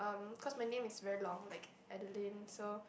um cause my name is very long like Adeline so